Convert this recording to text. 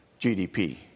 GDP